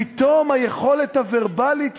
פתאום היכולת הוורבלית יורדת.